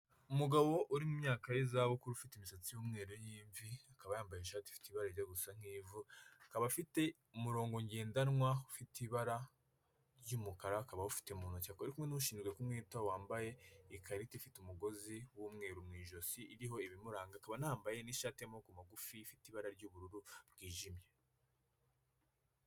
Umugabo uri mu myaka y'izabukuru ufite imisatsi y'umweru y'imvi akaba yambaye ishati ifite ibara rijya gusa nk'ivu akaba afite umurongo ngendanwa ufite ibara ry'umukara akaba awufite mu ntoki ari kumwe n'ushinzwe kumwitaho wambaye ikarita ifite umugozi w'umweru mu ijosi iriho ibimuranga akaba anambaye ishati y'amaboko magufi ifite ibara ry'ubururu bwijimye.